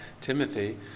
Timothy